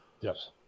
Yes